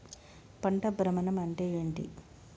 పంట భ్రమణం అంటే ఏంటి?